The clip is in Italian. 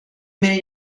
meno